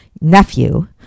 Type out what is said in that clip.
nephew